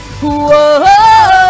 Whoa